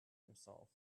himself